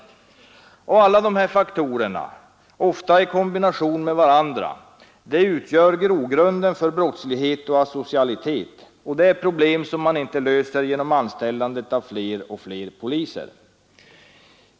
Alla dessa faktorer, ofta i kombination med varandra, utgör grogrunden för brottslighet och asocialitet. Det är problem som man inte löser genom anställandet av fler och fler poliser.